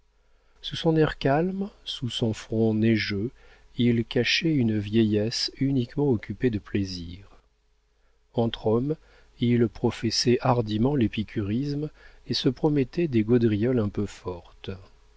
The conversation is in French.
sous son air calme sous son front neigeux il cachait une vieillesse uniquement occupée de plaisir entre hommes il professait hardiment l'épicuréisme et se permettait des gaudrioles un peu fortes